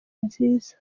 nziza